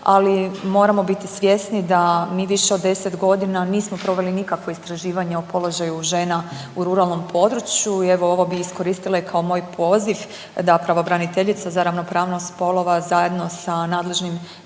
ali moramo biti svjesni da mi više od deset godina nismo proveli nikakvo istraživanje o položaju žena u ruralnom području. I evo ovo bi iskoristila i kao moj poziv da pravobraniteljica za ravnopravnost spolova zajedno sa nadležnim